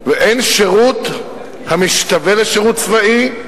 ואין שירות המשתווה לשירות צבאי,